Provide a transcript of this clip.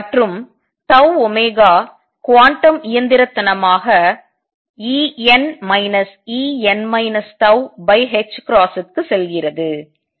மற்றும் τω குவாண்டம் இயந்திரத்தனமாக En En τℏ க்கு செல்கிறது